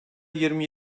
yirmi